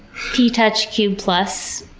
p-touch cube plus.